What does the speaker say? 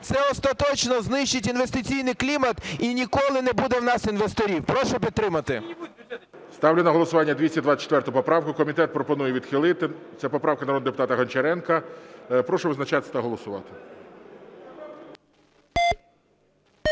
це остаточно знищить інвестиційний клімат і ніколи не буде в нас інвесторів. Прошу підтримати. ГОЛОВУЮЧИЙ. Ставлю на голосування 224 поправку. Комітет пропонує відхилити. Це поправка народного депутата Гончаренка. Прошу визначатись та голосувати.